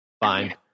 fine